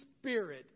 spirit